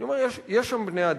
אני אומר שיש שם בני-אדם,